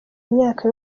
imyaka